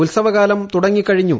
ഉത്സവകാലം തുടങ്ങിക്കഴിഞ്ഞു